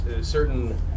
certain